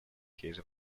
his